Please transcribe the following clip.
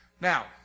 Now